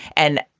and,